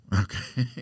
Okay